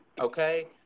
Okay